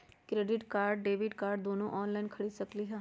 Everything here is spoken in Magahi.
क्रेडिट कार्ड और डेबिट कार्ड दोनों से ऑनलाइन खरीद सकली ह?